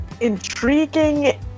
intriguing